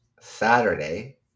Saturday